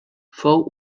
fou